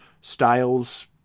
styles